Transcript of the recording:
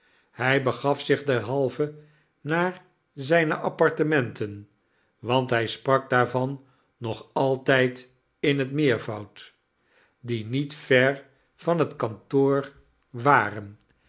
hij begaf zich derhalve naar zijne apartementen want hij sprak daarvan nog altijd in het meervoud die niet ver van het kantoor waren